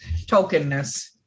tokenness